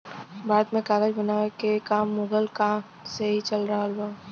भारत में कागज बनावे के काम मुगल काल से ही चल रहल हौ